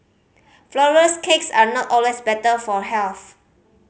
flourless cakes are not always better for health